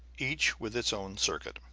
each with its own circuit.